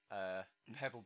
Pebble